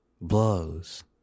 blows